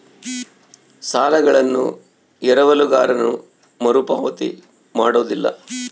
ಸಾಲಗಳನ್ನು ಎರವಲುಗಾರನು ಮರುಪಾವತಿ ಮಾಡೋದಿಲ್ಲ